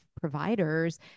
providers